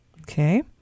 Okay